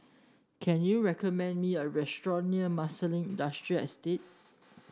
can you recommend me a restaurant near Marsiling Industrial Estate